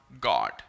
God